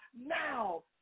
now